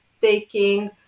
taking